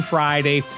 Friday